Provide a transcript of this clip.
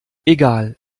egal